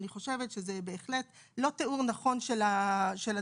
אני חושבת שזה בהחלט לא תיאור נכון של הדברים.